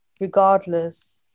regardless